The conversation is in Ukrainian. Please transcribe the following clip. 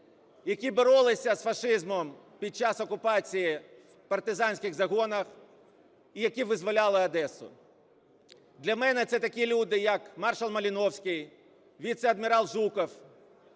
які боролися з фашизмом під час окупації, в партизанських загонах і які визволяли Одесу. Для мене це такі люди, як маршал Малиновський, віце-адмірал Жуков,